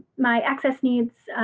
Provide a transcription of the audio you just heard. my excess needs.